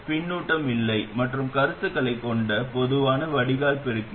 பின்னூட்டம் இல்லை மற்றும் கருத்துகளைக் கொண்ட பொதுவான வடிகால் பெருக்கி